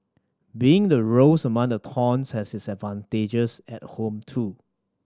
being the rose among the thorns has its advantages at home too